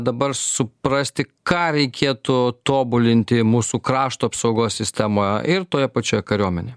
dabar suprasti ką reikėtų tobulinti mūsų krašto apsaugos sistema ir toje pačioje kariuomenėj